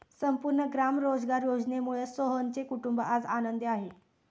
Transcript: संपूर्ण ग्राम रोजगार योजनेमुळे सोहनचे कुटुंब आज आनंदी आहे